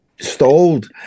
stalled